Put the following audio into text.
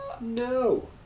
No